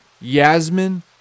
Yasmin